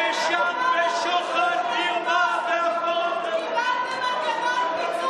נאשם בשוחד, מרמה והפרת אמונים.